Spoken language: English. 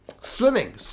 swimming